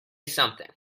something